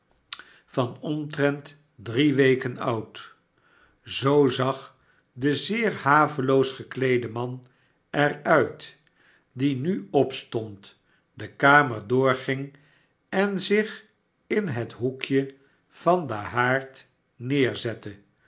van omtrent drie weken oud zoo zag de zeer haveloos gekleede man er uit die nu opstond de kamer doorging en zich in het hoekje van den haard nederzette